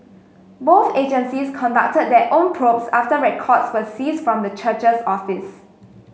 both agencies conducted their own probes after records were seized from the church's office